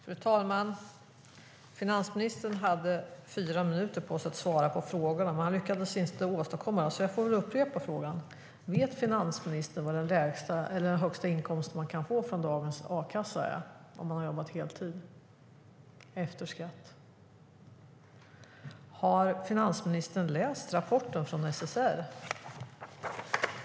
Fru talman! Finansministern hade fyra minuter på sig att svara på frågorna, men han lyckades inte åstadkomma några svar. Därför får jag upprepa frågorna. Vet finansministern vad den högsta inkomsten är som man kan få från dagens a-kassa, efter skatt, om man har jobbat heltid? Har finansministern läst rapporten från SSR?